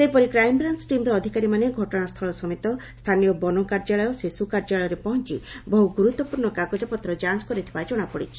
ସେହିପରି crime branch team ଅଧ୍କାରୀମାନେ ଘଟଶାସ୍ଚଳ ସମେତ ସ୍ଚାନୀୟ ବନ କାର୍ଯ୍ୟାଳୟ ସେସୁ କାର୍ଯ୍ୟାଳୟରେ ପହଞ୍ ବହୁ ଗୁରୁତ୍ୱପୂର୍ଶ୍ଣ କାଗଜପତ୍ର ଯାଞ କରିଥିବା ଜଣାପଡ଼ିଛି